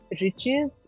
riches